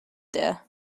there